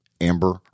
Amber